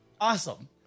awesome